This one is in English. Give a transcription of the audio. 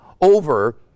over